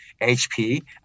HP